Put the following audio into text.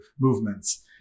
movements